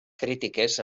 crítiques